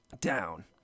down